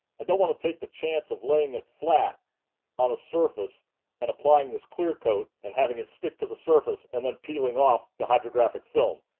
i don't want to take the chance of laying it flat on a surface and applying this clear coat and having it stick to the surface and then peeling off the hydrographic film.